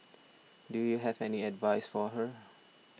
do you have any advice for her